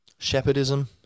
shepherdism